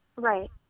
Right